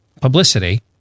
publicity